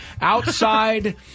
outside